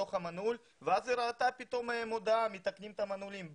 בתוך המנעול ואז היא ראתה פתאום מודעה לגבי תיקון מנעולים.